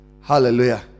Hallelujah